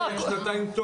לא, היה רפורמה.